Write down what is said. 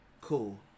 cool